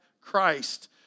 Christ